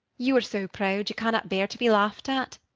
you are so proud you cannot bear to be laughed at.